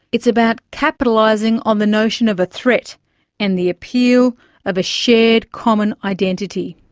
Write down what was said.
it's about capitalising on the notion of a threat and the appeal of a shared common identity.